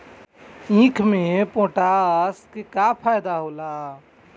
ईख मे पोटास के का फायदा होला?